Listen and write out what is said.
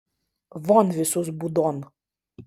von visus būdon